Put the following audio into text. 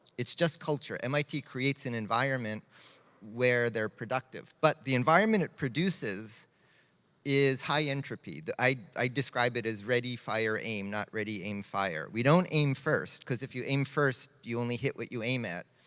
it's just culture, mit creates an environment where they're productive. but the environment it produces is high-entropy. i i describe it as ready, fire, aim, not ready, aim, fire. we don't aim first, cause if you aim first, you only hit what you aim at.